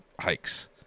hikes